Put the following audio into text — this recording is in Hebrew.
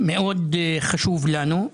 מאוד חשוב לנו,